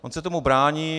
On se tomu brání.